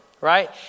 right